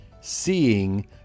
seeing